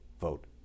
vote